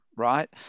Right